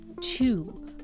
two